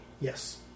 Yes